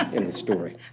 in this story.